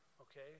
okay